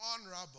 honorable